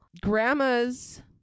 Grandma's